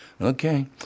Okay